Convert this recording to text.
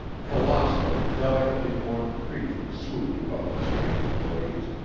colossal, delicately formed creatures swooped above the strange blaze.